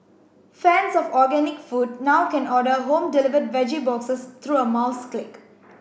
fans of organic food now can order home delivered veggie boxes through a mouse click